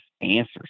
answers